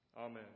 Amen